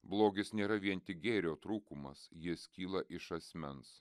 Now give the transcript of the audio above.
blogis nėra vien tik gėrio trūkumas jis kyla iš asmens